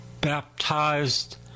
baptized